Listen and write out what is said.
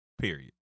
Period